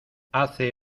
hace